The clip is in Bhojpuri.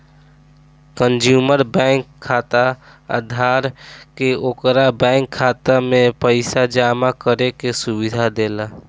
कंज्यूमर बैंक खाताधारक के ओकरा बैंक खाता में पइसा जामा करे के सुविधा देला